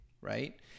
right